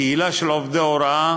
קהילה של עובדי הוראה